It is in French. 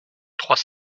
trois